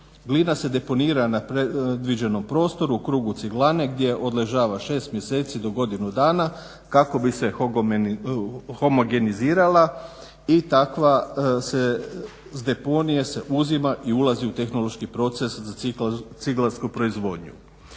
glina se deponira na predviđenom prostoru u krugu ciglane gdje odležava 6 mjeseci do godinu dana kako bi se homogenizirala i takva se s deponija se uzima i ulazi u tehnološki proces za ciglarsku proizvodnju.